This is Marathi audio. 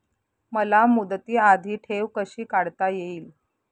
मला मुदती आधी ठेव कशी काढता येईल?